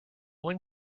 one